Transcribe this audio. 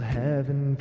heaven